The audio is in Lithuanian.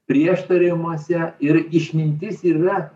prieštaravimuose ir išmintis ir yra